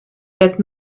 that